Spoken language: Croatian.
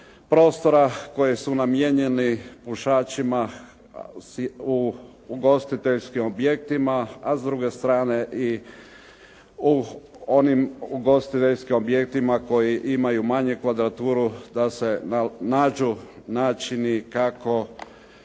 prostora koji su namijenjeni pušačima u ugostiteljskim objektima, a s druge strane i o onim ugostiteljskim objektima koji imaju manju kvadraturu da se nađu načini kako